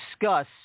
discuss